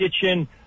kitchen